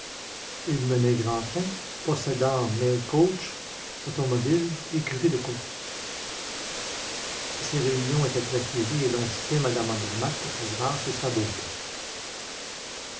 il menait grand train possédant mail coach automobiles écurie de course ses réunions étaient très suivies et l'on citait mme andermatt pour sa grâce et pour sa beauté